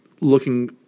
looking